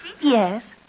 Yes